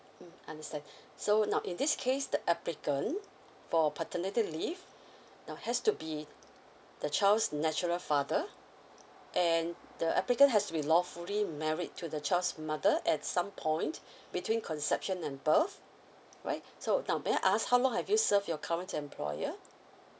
mm understand so now in this case the applicant for paternity leave now has to be the child's natural father and the applicant has to be lawfully married to the child's mother at some point between conception and birth alright so now may I ask how long have you serve your current employer